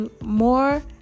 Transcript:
more